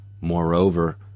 Moreover